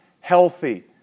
healthy